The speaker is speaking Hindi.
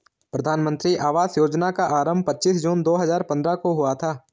प्रधानमन्त्री आवास योजना का आरम्भ पच्चीस जून दो हजार पन्द्रह को हुआ था